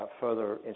further